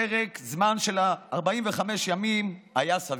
פרק הזמן של 45 ימים היה סביר.